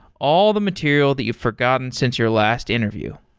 all the material that you've forgotten since your last interview.